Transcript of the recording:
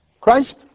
Christ